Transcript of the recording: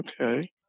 Okay